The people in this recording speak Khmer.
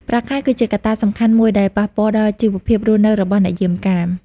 ប្រាក់ខែគឺជាកត្តាសំខាន់មួយដែលប៉ះពាល់ដល់ជីវភាពរស់នៅរបស់អ្នកយាមកាម។